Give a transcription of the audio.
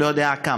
לא יודע כמה.